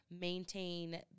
maintain